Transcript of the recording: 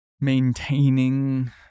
maintaining